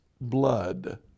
blood